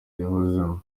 yahozemo